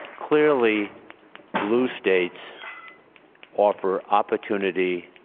clearly blue states offer opportunity,